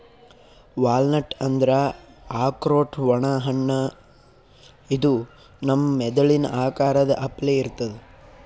walnut ಅಂದ್ರ ಆಕ್ರೋಟ್ ಒಣ ಹಣ್ಣ ಇದು ನಮ್ ಮೆದಳಿನ್ ಆಕಾರದ್ ಅಪ್ಲೆ ಇರ್ತದ್